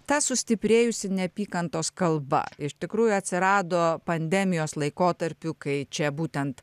tą sustiprėjusi neapykantos kalba iš tikrųjų atsirado pandemijos laikotarpiu kai čia būtent